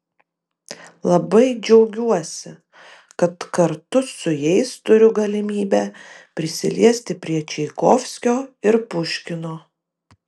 labai džiaugiuosi kad kartu su jais turiu galimybę prisiliesti prie čaikovskio ir puškino